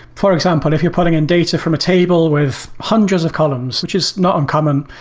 for example, if you're pulling in data from a table with hundreds of columns, which is not uncommon,